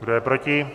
Kdo je proti?